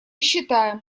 считаем